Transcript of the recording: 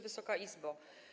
Wysoka Izbo!